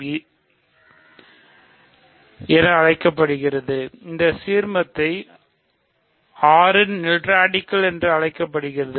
இது அழைக்கப்படுகிறது இந்த சீர்மத்தை R இன் நில்ராடிகல் என்று அழைக்கப்படுகிறது